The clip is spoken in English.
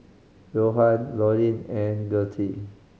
Rohan Loren and Gertie